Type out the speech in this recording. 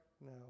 No